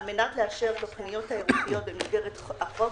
על-מנת לאשר תוכניות תיירותיות במסגרת החוק